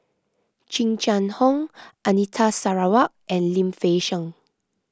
Jing Jun Hong Anita Sarawak and Lim Fei Shen